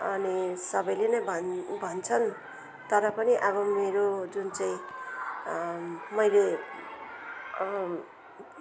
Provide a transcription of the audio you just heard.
अनि सबैले नै भन् भन्छन् तर पनि अब मेरो जुन चाहिँ मैले